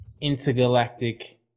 intergalactic